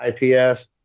IPS